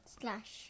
slash